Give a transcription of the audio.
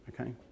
okay